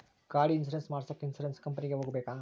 ಗಾಡಿ ಇನ್ಸುರೆನ್ಸ್ ಮಾಡಸಾಕ ಇನ್ಸುರೆನ್ಸ್ ಕಂಪನಿಗೆ ಹೋಗಬೇಕಾ?